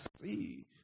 see